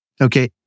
okay